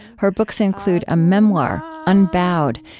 her books include a memoir, unbowed,